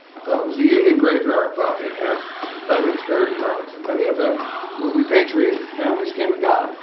i thought it was a union graveyard, but it had confederates buried in arlington. many of them were repatriated. families came and got